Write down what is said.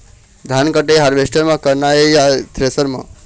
धान कटाई हारवेस्टर म करना ये या थ्रेसर म?